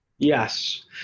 Yes